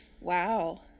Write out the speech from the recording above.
wow